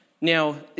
Now